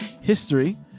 History